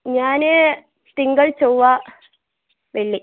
ഞാന് തിങ്കൾ ചൊവ്വ വെള്ളി